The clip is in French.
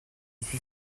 suis